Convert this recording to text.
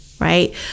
right